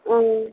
ம்